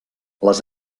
les